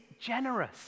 generous